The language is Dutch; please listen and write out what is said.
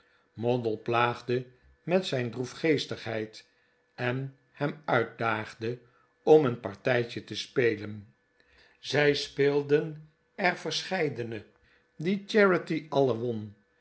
moddle plaagde met zijn droefgeestigheid en hem uitdaagde om een partijtje te spelen zij speelden er verscheidene die charity alle won